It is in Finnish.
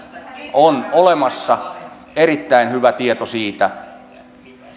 on olemassa erittäin hyvä tieto siitä